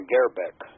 Gerbeck